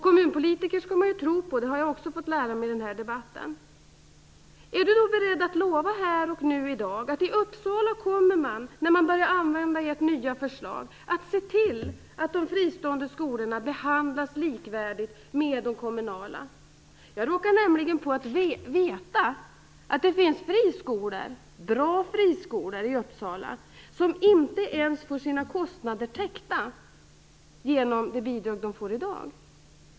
Kommunpolitiker skall man tro på, det har jag fått lära mig i debatten. Är Gunnar Goude beredd att lova här och nu att man i Uppsala kommer att se till att de fristående skolorna behandlas likvärdigt med de kommunala? Jag råkar nämligen veta att det finns bra friskolor i Uppsala som inte ens får sina kostnader täckta genom de bidrag som de får i dag.